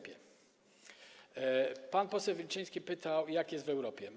Pan poseł Wilczyński pytał, jak jest w Europie.